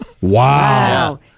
Wow